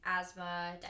asthma